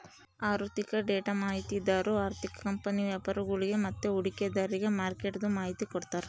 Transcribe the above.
ಆಋಥಿಕ ಡೇಟಾ ಮಾಹಿತಿದಾರು ಆರ್ಥಿಕ ಕಂಪನಿ ವ್ಯಾಪರಿಗುಳ್ಗೆ ಮತ್ತೆ ಹೂಡಿಕೆದಾರ್ರಿಗೆ ಮಾರ್ಕೆಟ್ದು ಮಾಹಿತಿ ಕೊಡ್ತಾರ